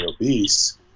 obese